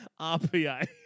RPA